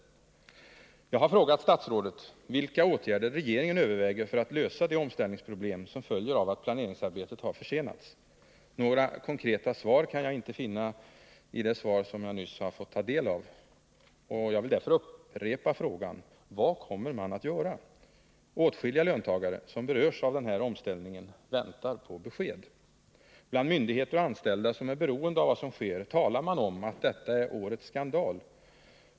Jag har frågat statsrådet vilka åtgärder regeringen överväger för att lösa de omställningsproblem som följer av att planeringsarbetet har försenats. Några konkreta svar kan jag inte finna i det svar som jag nyss fått ta del av, och jag vill därför upprepa frågan: Vad kommer man att göra? Åtskilliga löntagare som berörs av den här omställningen väntar på besked. Bland myndigheter och anställda som är beroende av vad som sker talar man om att detta är årets skandal.